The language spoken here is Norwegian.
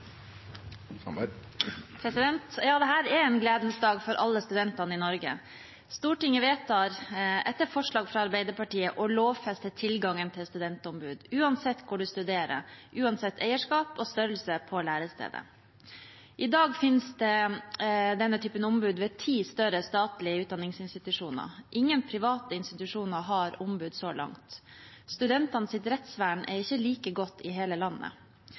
en gledens dag for alle studentene i Norge. Stortinget vedtar etter forslag fra Arbeiderpartiet å lovfeste tilgangen til studentombud, uansett hvor man studerer, og uansett eierskap og størrelse på lærestedet. I dag finnes denne typen ombud ved ti større statlige utdanningsinstitusjoner. Ingen private institusjoner har ombud så langt. Studentenes rettsvern er ikke like godt i hele landet.